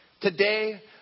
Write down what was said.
Today